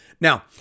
Now